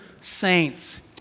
saints